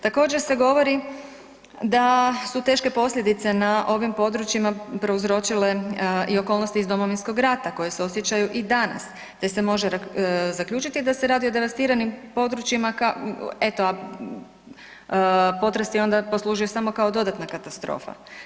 Također se govori da su teške posljedice na ovim područjima prouzročile i okolnosti iz Domovinskog rata koje se osjećaju i danas te se može zaključiti da se radi o devastiranim područjima, a potres je onda poslužio samo kao dodatna katastrofa.